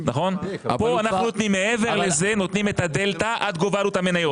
כאן אנחנו נותנים מעבר לזה את הדלתא עד גובה עלות המניות.